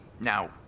Now